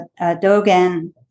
Dogen